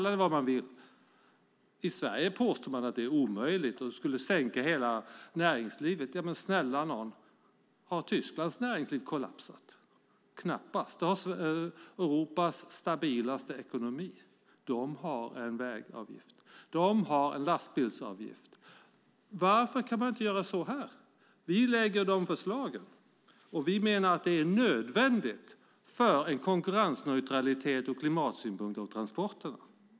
I Sverige påstår man att det är omöjligt och att det skulle sänka hela näringslivet. Men snälla nån, har Tysklands näringsliv kollapsat? Knappast. Tyskland har Europas stabilaste ekonomi - och lastbilsavgift. Varför kan man inte ha det här? Vi lägger fram dessa förslag, och vi menar att de är nödvändiga för konkurrensneutralitet och ur klimatsynpunkt.